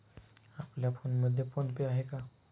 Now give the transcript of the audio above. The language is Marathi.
आपल्या फोनमध्ये फोन पे आहे का?